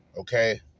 okay